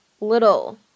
little